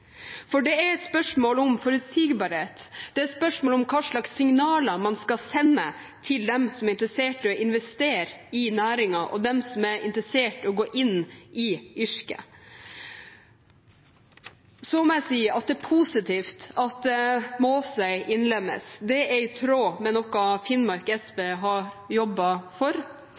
For det er et spørsmål om forutsigbarhet, det er et spørsmål om hvilke signaler man skal sende til dem som er interessert i å investere i næringen, og dem som er interessert i å gå inn i yrket. Så må jeg si at det er positivt at Måsøy innlemmes. Det er i tråd med noe Finnmark SV har jobbet for.